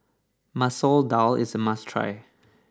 Masoor Dal is a must try